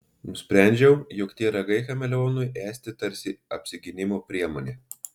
nusprendžiau jog tie ragai chameleonui esti tarsi apsigynimo priemonė